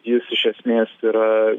jis iš esmės yra